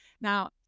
Now